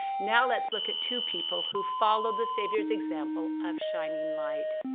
now let's look at two people who followed the savior's example of shining light.